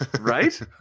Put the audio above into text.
right